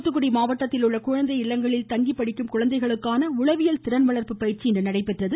தூத்துகுடி மாவட்டத்தில் உள்ள குழந்தை இல்லங்களில் தங்கி படிக்கும் குழந்தைகளுக்கான உளவியல் திறன் வளர்ப்பு பயிற்சி இன்று நடைபெற்றது